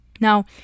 Now